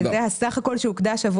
שזה הסך הכול שהוקדש עבור החברה הרוסית.